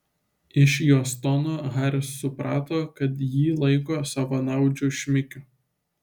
iš jos tono haris suprato kad jį laiko savanaudžiu šmikiu